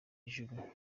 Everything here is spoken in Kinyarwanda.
ijuru